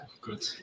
Good